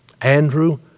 Andrew